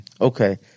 Okay